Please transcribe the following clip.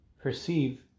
perceive